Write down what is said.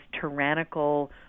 tyrannical